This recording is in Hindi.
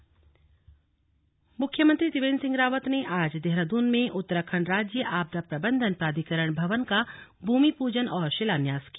भूमि पूजन और शिलान्यास मुख्यमंत्री त्रिवेन्द्र सिंह रावत ने आज देहरादून में उत्तराखण्ड राज्य आपदा प्रबंधन प्राधिकरण भवन का भूमि पूजन और शिलान्यास किया